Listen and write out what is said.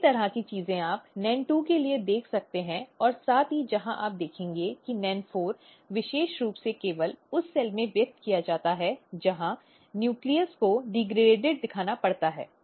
इसी तरह की चीजें आप NEN 2 के लिए देख सकते हैं और साथ ही जहां आप देखेंगे कि NEN 4 विशेष रूप से केवल उस सेल में व्यक्त किया जाता है जहां न्यूक्लियस को डिग्रेडेड दिखाना पड़ता है